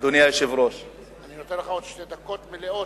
אדוני היושב-ראש, אני נותן לך עוד שתי דקות מלאות.